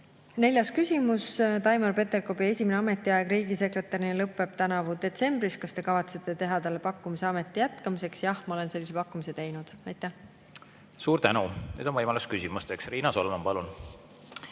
Neljas küsimus: "Taimar Peterkopi esimene ametiaeg riigisekretärina lõppeb tänavu detsembris. Kas Te kavatsete teha talle pakkumise ameti jätkamiseks?" Jah, ma olen sellise pakkumise teinud. Aitäh! Suur tänu! Nüüd on võimalus küsimusteks. Riina Solman, palun!